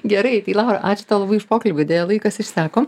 gerai tai laura ačiū tau labai už pokalbį deja laikas išseko